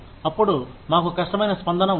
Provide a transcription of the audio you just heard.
అప్పుడు మాకు కష్టమైన స్పందన ఉంటుంది